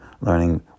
learning